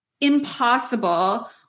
impossible